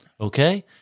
okay